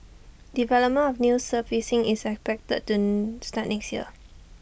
development of the new surfacing is expected to start next year